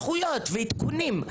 התפתחויות ועדכונים.